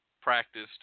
practiced